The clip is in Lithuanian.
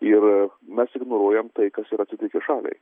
ir mes ignoruojam tai kas yra atsitikę šaliai